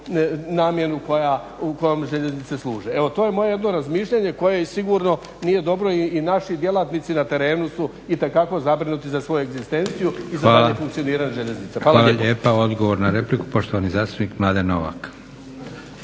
namjenu kojoj željeznice služe. Evo to je moje jedno razmišljanje koje sigurno nije dobro i naši djelatnici na terenu su itekako zabrinuti za svoju egzistenciju i za daljnje funkcioniranje željeznic **Leko, Josip (SDP)** Hvala lijepa. Odgovor na repliku, poštovani zastupnik Mladen Novak.